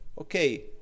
okay